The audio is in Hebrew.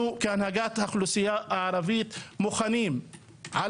אנו כהנהגת האוכלוסייה הערבית מוכנים על